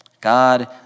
God